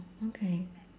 okay